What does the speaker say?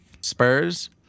Spurs